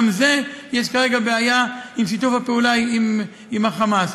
גם בזה יש כרגע בעיה עם שיתוף הפעולה עם ה"חמאס".